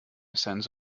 sense